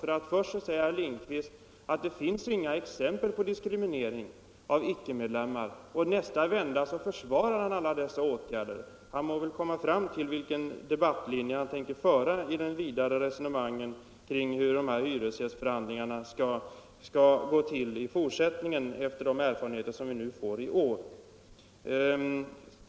Först säger herr Lindkvist att det inte finns några exempel på diskriminering av icke-medlemmar. I nästa vända försvarar han alla dessa åtgärder. Han må väl komma fram till vilken debattlinje han tänker följa i de vidare resonemangen kring hur de här hyresförhandlingarna skall gå till i fortsättningen, efter de erfarenheter vi vinner i år.